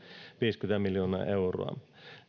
viisikymmentä miljoonaa euroa